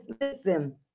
listen